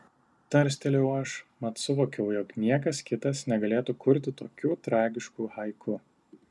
tarstelėjau aš mat suvokiau jog niekas kitas negalėtų kurti tokių tragiškų haiku